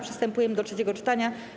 Przystępujemy do trzeciego czytania.